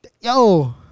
Yo